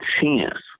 chance